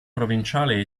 provinciale